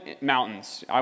mountains